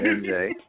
MJ